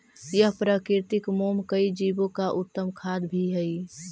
यह प्राकृतिक मोम कई जीवो का उत्तम खाद्य भी हई